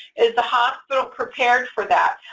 is the hospital prepared for that?